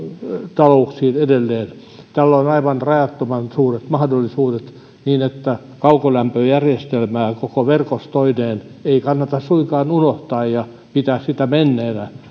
talouksiin edelleen tällä on aivan rajattoman suuret mahdollisuudet kaukolämpöjärjestelmää koko verkostoineen ei kannata suinkaan unohtaa ja pitää sitä menneenä